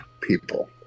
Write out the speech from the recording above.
people